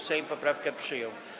Sejm poprawkę przyjął.